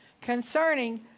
concerning